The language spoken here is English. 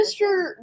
Mr